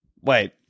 Wait